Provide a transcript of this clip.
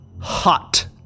hot